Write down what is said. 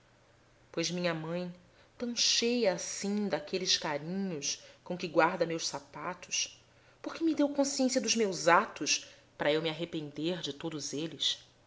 pois minha mãe tão cheia assim daqueles carinhos com que guarda meus sapatos por que me deu consciência dos meus atos para eu me arrepender de todos eles